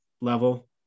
level